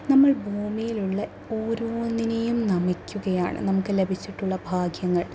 നമ്മൾ ഭൂമിയിലുള്ള ഓരോന്നിനെയും നമിക്കുകയാണ് നമുക്ക് ലഭിച്ചിട്ടുള്ള ഭാഗ്യങ്ങൾ